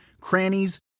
crannies